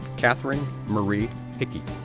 kathryn marie hickey,